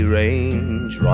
range